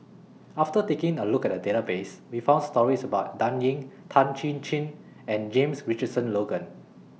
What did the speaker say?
after taking A Look At The Database We found stories about Dan Ying Tan Chin Chin and James Richardson Logan